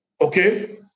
okay